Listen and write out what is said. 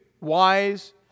wise